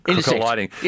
colliding